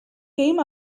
came